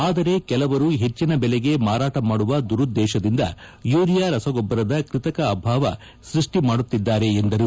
ಅದರೆ ಕೆಲವರು ಹೆಚ್ಚಿನ ಬೆಲೆಗೆ ಮಾರಾಟ ಮಾಡುವ ದುರುದ್ದೇಶದಿಂದ ಯುರಿಯಾ ರಸಗೊಬ್ಬರದ ಕೃತಕ ಅಭಾವ ಸೃಷ್ಟಿ ಮಾಡುತ್ತಿದ್ದಾರೆ ಎಂದರು